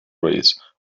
race